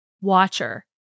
watcher